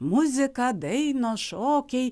muzika dainos šokiai